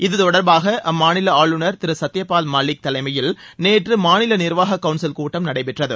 இத்தொடர்பாக அம்மாநில ஆளுநர் திரு சத்தியபால் மாலிக் தலைமையில் நேற்று மாநில நிர்வாக கவுன்சில் கூட்டம் நடைபெற்றது